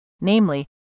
namely